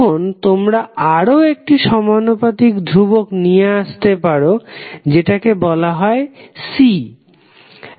এখন তোমরা আরও একটি সমানুপাতিক ধ্রুবক নিয়ে আস্তে পারো যেটা কে বলা হয় C